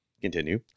Continue